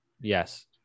yes